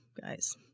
guys